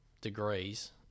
degrees